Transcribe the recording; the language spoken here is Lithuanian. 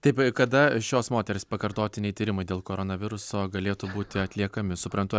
taip kada šios moters pakartotiniai tyrimai dėl koronaviruso galėtų būti atliekami suprantu